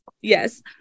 Yes